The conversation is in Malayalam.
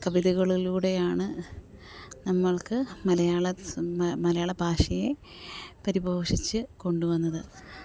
കവിതകളിലൂടെയാണ് നമ്മള്ക്ക് മലയാള മലയാള ഭാഷയെ പരിഭോഷിച്ച് കൊണ്ടുവന്നത്